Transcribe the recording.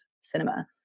cinema